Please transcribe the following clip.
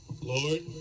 Lord